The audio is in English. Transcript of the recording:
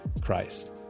Christ